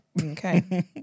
okay